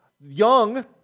young